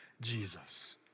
Jesus